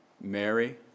Mary